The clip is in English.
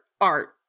art